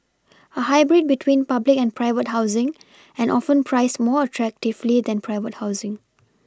a hybrid between public and private housing and often priced more attractively than private housing